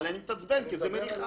אבל אני מתעצבן כי זה מריחה.